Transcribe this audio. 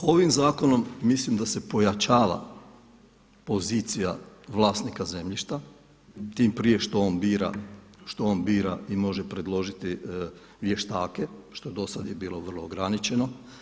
Ovim zakonom mislim da se pojačava pozicija vlasnika zemljišta tim prije što on bira, što on bira i može predložiti vještake što do sada je bilo vrlo ograničeno.